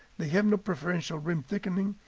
they have no preferential rim thickening,